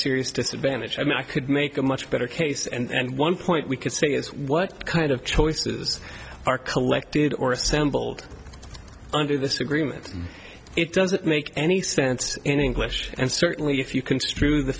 serious disadvantage i mean i could make a much better case and one point we could say is what kind of choices are collected or assembled under this agreement it doesn't make any sense in english and certainly if you construe the